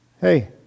hey